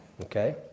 Okay